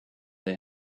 they